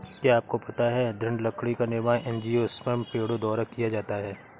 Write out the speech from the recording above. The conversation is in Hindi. क्या आपको पता है दृढ़ लकड़ी का निर्माण एंजियोस्पर्म पेड़ों द्वारा किया जाता है?